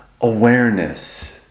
awareness